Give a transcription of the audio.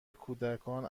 کودکان